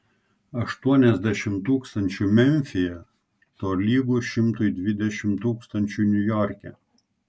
aštuoniasdešimt tūkstančių memfyje tolygu šimtui dvidešimt tūkstančių niujorke